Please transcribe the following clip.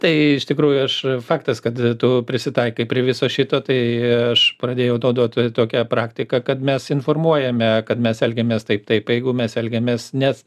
tai iš tikrųjų aš faktas kad tu prisitaikai prie viso šito tai aš pradėjau naudoti tokią praktiką kad mes informuojame kad mes elgiamės taip taip jeigu mes elgiamės nes